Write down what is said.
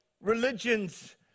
religions